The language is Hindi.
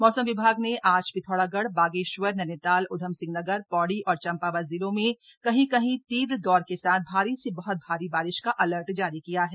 मौसम विभाग ने आज पिथौरागढ़ बागेश्वर नैनीताल उधमसिंह नगर पौड़ी और चंपावत जिलों में कहीं कहीं तीव्र दौर के साथ भारी से बहृत भारी बारिश का अलर्ट जारी किया है